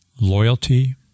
loyalty